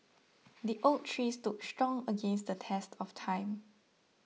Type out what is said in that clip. the oak tree stood strong against the test of time